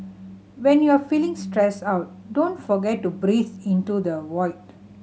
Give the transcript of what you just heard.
when you are feeling stressed out don't forget to breathe into the void